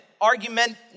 argument